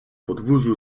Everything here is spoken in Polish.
podwórzu